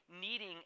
needing